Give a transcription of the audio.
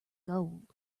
gold